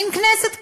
מין כנסת כזאת,